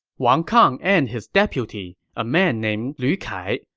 wang kang and his deputy, a man named lu kai,